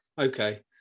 okay